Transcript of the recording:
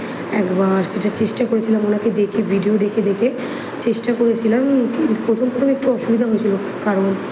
একবার সেটা চেষ্টা করেছিলাম ওঁকে দেখে ভিডিও দেখে দেখে চেষ্টা করেছিলাম কিন্তু প্রথম প্রথম একটু অসুবিধা হয়েছিলো কারণ